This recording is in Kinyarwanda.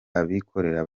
abikorera